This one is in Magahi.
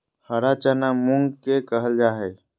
हरा चना मूंग के कहल जा हई